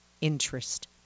interest